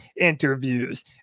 interviews